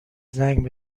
زنگ